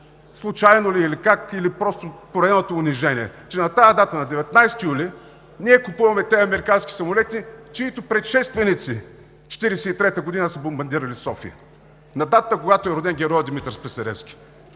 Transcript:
случайно ли или как, или поредното унижение, че на тази дата, на 19 юли ние купуваме тези американски самолети, чиито предшественици 1943 г. са бомбардирали София? На датата, когато е роден героят Димитър Списаревски?!